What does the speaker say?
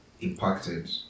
impacted